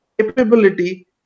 capability